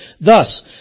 Thus